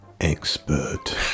expert